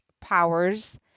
powers